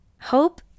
Hope